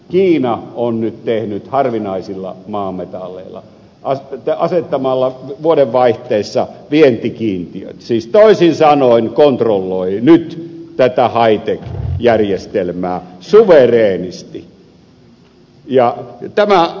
kiina on nyt tehnyt niin harvinaisilla maametalleilla asettamalla vuodenvaihteessa vientikiintiöt siis toisin sanoen kontrolloi nyt tätä high tech järjestelmää suvereenisti